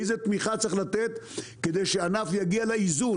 איזו תמיכה צריך לתת כדי שהענף יגיע לאיזון.